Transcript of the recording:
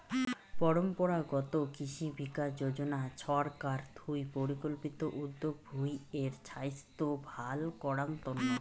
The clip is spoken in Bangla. পরম্পরাগত কৃষি বিকাশ যোজনা ছরকার থুই পরিকল্পিত উদ্যগ ভূঁই এর ছাইস্থ ভাল করাঙ তন্ন